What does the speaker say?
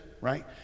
right